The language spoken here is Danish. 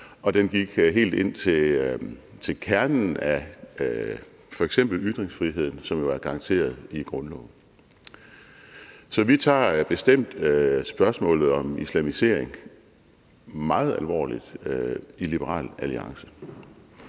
og den gik helt ind til kernen af f.eks. ytringsfriheden, som jo er garanteret i grundloven. Så vi tager bestemt spørgsmålet om islamisering meget alvorligt i Liberal Alliance.